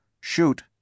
Shoot